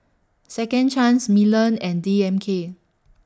Second Chance Milan and D M K